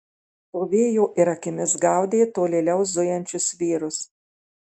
stovėjo ir akimis gaudė tolėliau zujančius vyrus